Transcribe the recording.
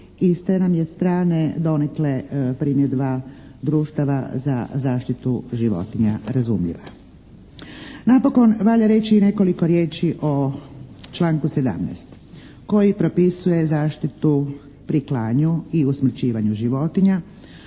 s te nam je strane primjedba društava za zaštitu životinja razumljiva. Napokon, valjda reći i nekoliko riječi o članku 17. koji propisuje zaštitu pri klanju i usmrćivanju životinja